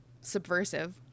subversive